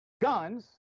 Guns